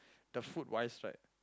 the food wise right